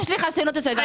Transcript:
יש לי חסינות אצל גפני.